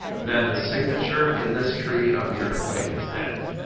then the signature in this tree of the earthquake is death,